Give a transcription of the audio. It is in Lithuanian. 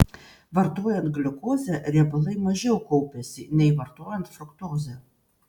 vartojant gliukozę riebalai mažiau kaupiasi nei vartojant fruktozę